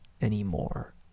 anymore